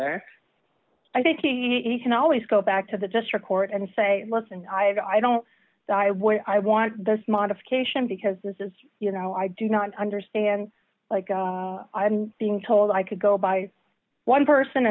or i thinking he can always go back to the district court and say listen i have i don't die where i want this modification because this is you know i do not understand like i'm being told i could go by one person